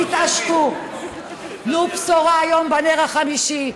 תתעשתו, תנו בשורה היום, בנר החמישי.